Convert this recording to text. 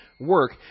work